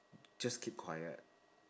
just keep quiet